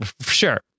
Sure